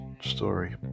story